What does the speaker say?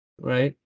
Right